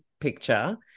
picture